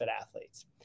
athletes